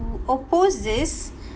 oppose this